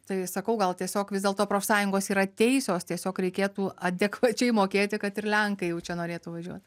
tai sakau gal tiesiog vis dėlto profsąjungos yra teisios tiesiog reikėtų adekvačiai mokėti kad ir lenkai jau čia norėtų važiuot